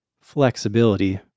flexibility